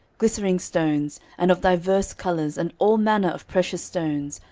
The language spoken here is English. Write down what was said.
glistering stones, and of divers colours, and all manner of precious stones,